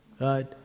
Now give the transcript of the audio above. right